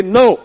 no